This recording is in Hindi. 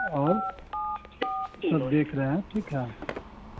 और सब देख रहे हैं ठीक है